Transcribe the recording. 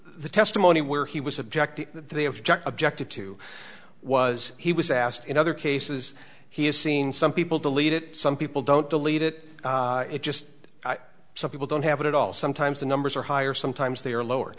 the testimony where he was objecting that they have just objected to was he was asked in other cases he has seen some people delete it some people don't delete it it just some people don't have it at all sometimes the numbers are higher sometimes they are lower